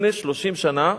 לפני 30 שנה,